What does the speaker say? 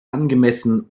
angemessen